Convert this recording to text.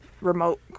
remote